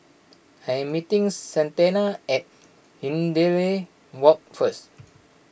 I am meeting Santana at Hindhede Walk first